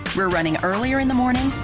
we're running earlier in the morning,